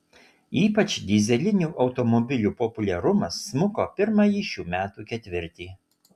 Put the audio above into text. ypač dyzelinių automobilių populiarumas smuko pirmąjį šių metų ketvirtį